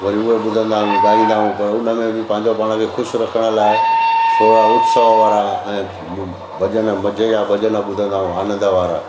वरी उहे ॿुधंदा आहियूं ॻाईंदा आहियूं उन में बि पंहिंजो पाण खे ख़ुशि रखण लाइ थोरा उत्साह वारा ऐं भॼन मज़े या भॼन ॿुधंदा आहियूं आनंद वारा